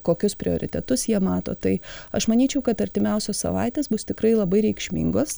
kokius prioritetus jie mato tai aš manyčiau kad artimiausios savaitės bus tikrai labai reikšmingos